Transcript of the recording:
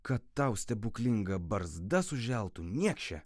kad tau stebuklinga barzda suželtų niekše